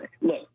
Look